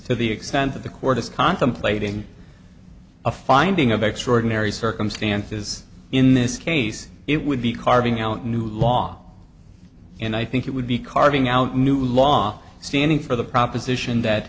to the extent that the court is contemplating a finding of extraordinary circumstances in this case it would be carving out new law and i think it would be carving out a new law standing for the proposition that